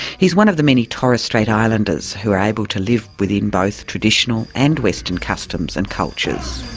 he's one of the many torres strait islanders who are able to live within both traditional and western customs and cultures.